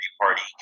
party